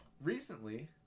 recently